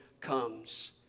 comes